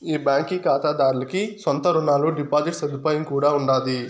ఈ బాంకీ కాతాదార్లకి సొంత రునాలు, డిపాజిట్ సదుపాయం కూడా ఉండాది